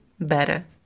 better